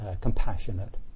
compassionate